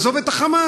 עזוב את ה"חמאס"